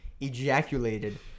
ejaculated